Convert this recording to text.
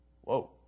whoa